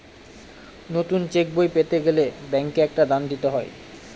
নতুন চেকবই পেতে গেলে ব্যাঙ্কে একটা দাম দিতে হয়